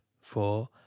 four